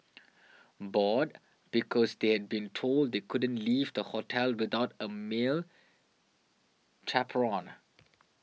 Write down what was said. bored because they had been told they couldn't leave the hotel without a male chaperone